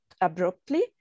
abruptly